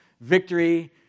victory